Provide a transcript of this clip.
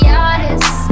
honest